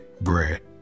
bread